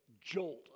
jolt